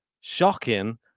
shocking